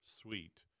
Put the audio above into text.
sweet